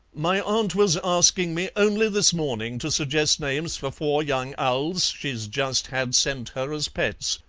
my aunt was asking me only this morning to suggest names for four young owls she's just had sent her as pets.